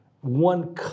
one